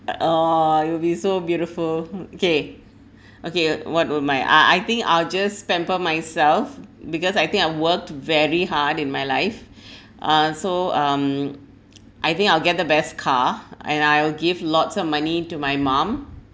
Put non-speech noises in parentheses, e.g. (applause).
uh will be so beautiful hmm kay (breath) okay what would my ah I think I'll just pamper myself because I think I've worked very hard in my life (breath) uh so um (noise) I think I will get the best car and I will give lots of money to my mum